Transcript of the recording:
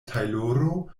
tajloro